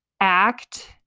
act